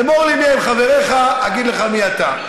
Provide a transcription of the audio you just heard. אמור לי מיהם חבריך, אגיד לך מי אתה.